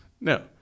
No